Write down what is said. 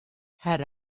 head